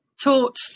taught